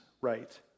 right